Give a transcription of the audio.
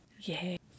Yay